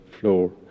floor